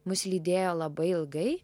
mus lydėjo labai ilgai